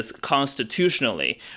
constitutionally